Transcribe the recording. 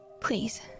Please